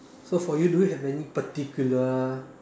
so for you do you have any particular